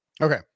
Okay